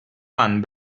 one